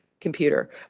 computer